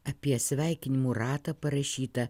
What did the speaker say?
apie sveikinimų ratą parašyta